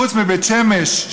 חוץ מבית שמש,